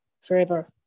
forever